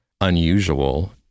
unusual